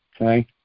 okay